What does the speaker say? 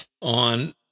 on